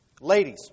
Ladies